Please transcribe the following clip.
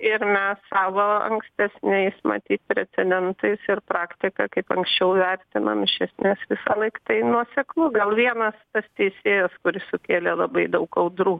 ir mes savo ankstesniais matyt precedentais ir praktika kaip anksčiau vertinom iš esmės visąlaik tai nuoseklu gal vienas tas teisėjas kuris sukėlė labai daug audrų